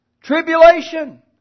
tribulation